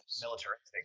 militaristic